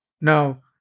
Now